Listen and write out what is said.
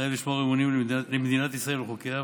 מתחייב לשמור אמונים למדינת ישראל ולחוקיה,